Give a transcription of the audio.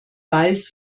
weiß